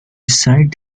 site